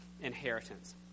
inheritance